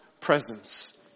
presence